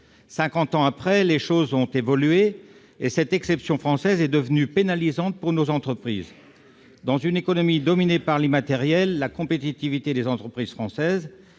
ans après, les choses ont évolué et cette exception française est devenue pénalisante pour nos entreprises. Dans une économie dominée par l'immatériel, la compétitivité des entreprises françaises